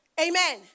Amen